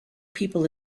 people